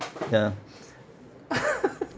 ya